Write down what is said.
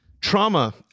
Trauma